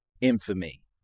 infamy